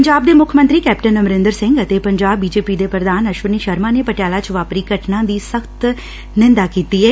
ਪੰਜਾਬ ਦੇ ਮੁੱਖ ਮੰਤਰੀ ਕੈਪਟਨ ਅਮਰਿੰਦਰ ਸਿੰਘ ਅਤੇ ਪੰਜਾਬ ਬੀ ਜੇ ਪੀ ਦੇ ਪੁਧਾਨ ਅਸ਼ਵਨੀ ਸ਼ਰਮਾ ਨੇ ਪਟਿਆਲਾ 'ਚ ਵਾਪਰੀ ਘਟਨਾ ਦੀ ਸਖਤ ਨੰਦਾਤ ਕੀਤੀ ਏ